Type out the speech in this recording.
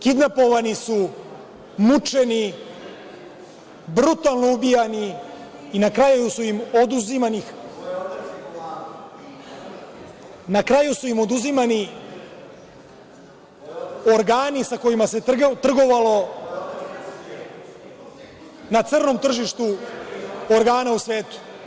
Kidnapovani su, mučeni, brutalno ubijani i na kraju su im oduzimani organi, sa kojima se trgovalo na crnom tržištu organa u svetu.